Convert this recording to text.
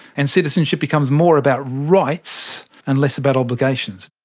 and citizenship becomes more about rights and less about obligations.